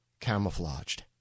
camouflaged